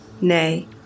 Nay